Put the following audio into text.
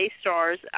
stars